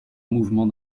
mouvement